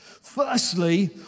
Firstly